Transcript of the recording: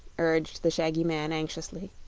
urged the shaggy man, anxiously.